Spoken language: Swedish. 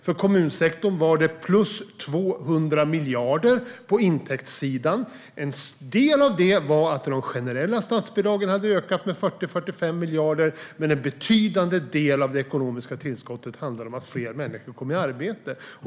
För kommunsektorn var det plus 200 miljarder på intäktssidan. En del av det var de generella statsbidragen, som ökade med 40-45 miljarder, men en betydande del av det ekonomiska tillskottet handlade om att fler människor kom i arbete.